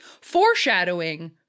Foreshadowing